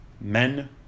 men